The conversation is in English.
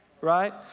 Right